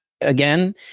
again